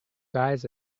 guys